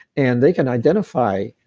and they can identify